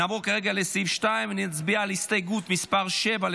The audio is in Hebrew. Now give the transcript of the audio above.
נעבור לסעיף 2. נצביע על הסתייגות מס' 7,